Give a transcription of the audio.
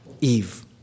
Eve